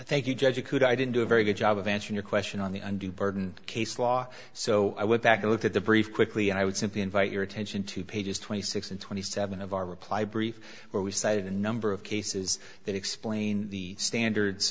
thank you judge could i didn't do a very good job of answering your question on the undue burden case law so i went back and looked at the brief quickly and i would simply invite your attention to pages twenty six and twenty seven of our reply brief where we cited a number of cases that explain the standards